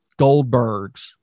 Goldbergs